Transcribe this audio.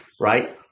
right